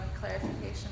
clarification